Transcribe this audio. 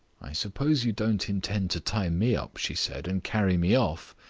i suppose you don't intend to tie me up, she said, and carry me off?